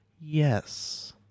Yes